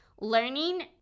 Learning